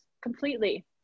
completely